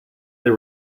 they